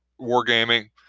wargaming